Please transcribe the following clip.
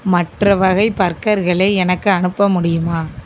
மற்ற வகை பர்கர்களை எனக்கு அனுப்ப முடியுமா